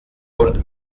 und